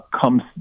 comes